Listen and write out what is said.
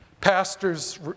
Pastors